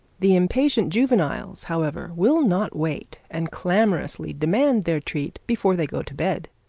the impatient juveniles, however, will not wait, and clamorously demand their treat before they go to bed.